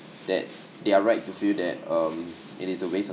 that they are right to feel that um it is a waste of